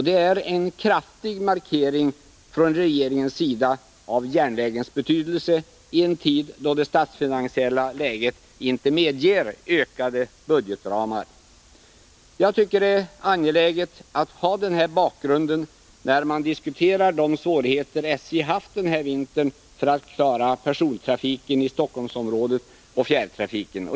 Det är en kraftig markering från regeringens sida av järnvägens betydelse i en tid då det statsfinansiella läget inte medger ökade budgetramar. 55 Jag tycker att det är angeläget att ha denna bakgrund när man diskuterar de svårigheter som SJ har haft den här vintern för att klara persontrafiken i Stockholmsområdet och fjärrtrafiken.